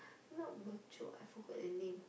not I forgot the name